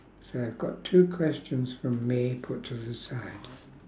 so I've got two questions from me put to the side